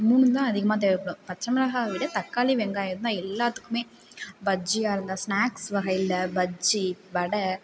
மூனும் தான் அதிகமாக தேவைபடும் பச்சை மிளகாவை விட தக்காளி வெங்காயம் தான் எல்லாத்துக்குமே பஜ்ஜியாகருந்தா ஸ்நாக்ஸ் வகையில் பஜ்ஜி வடை